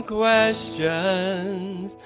questions